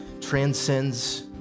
transcends